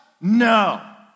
no